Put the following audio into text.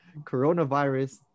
coronavirus